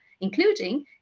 including